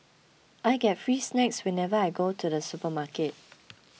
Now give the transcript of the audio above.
I get free snacks whenever I go to the supermarket